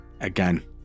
again